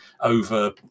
over